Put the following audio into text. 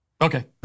Okay